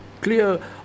clear